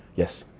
yes.